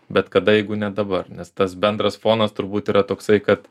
bet kada jeigu ne dabar nes tas bendras fonas turbūt yra toksai kad